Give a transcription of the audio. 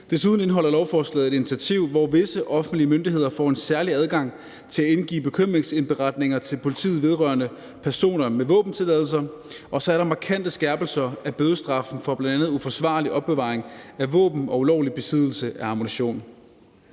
Desuden indeholder lovforslaget et initiativ, hvor visse offentlige myndigheder får en særlig adgang til at indgive bekymringsindberetninger til politiet vedrørende personer med våbentilladelse, og så er der markante skærpelser af bødestraffen for bl.a. uforsvarlig opbevaring af våben og ulovlig besiddelse af ammunition.